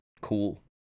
cool